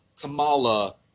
Kamala